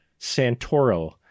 Santoro